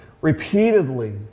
repeatedly